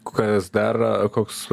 kas dar koks